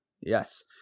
Yes